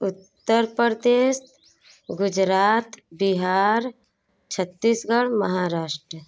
Uttar Pradesh Gujarat Bihar Chhattisgarh Maharashtra